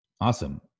Awesome